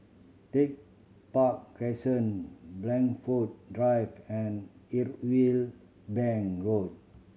Tech Park Crescent Blandford Drive and Irwell Bank Road